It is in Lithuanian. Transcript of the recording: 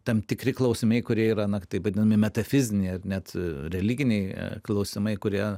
tam tikri klausimai kurie yra na taip vadinami metafiziniai ar net religiniai klausimai kurie